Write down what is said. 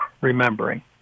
remembering